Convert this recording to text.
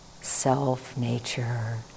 self-nature